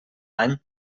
any